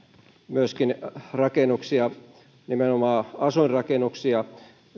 myöskin rakennuksia nimenomaan asuinrakennuksia